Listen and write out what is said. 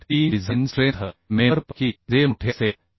3 design strength member पैकी जे मोठे असेल ते